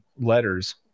letters